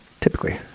Typically